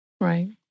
Right